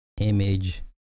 image